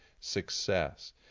success